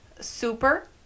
super